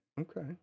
Okay